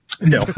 No